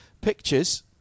pictures